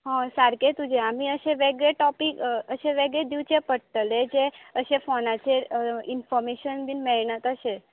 हय सारके तुजे आमी अशें वेगळें टॉपीक अशें वेगळें दिवचें पडटलें जे अशें फोनाचेर इनफॉमेशन बी मेळना तशें